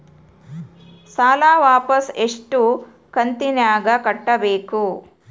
ಸಾಲ ವಾಪಸ್ ಎಷ್ಟು ಕಂತಿನ್ಯಾಗ ಕಟ್ಟಬೇಕು?